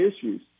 issues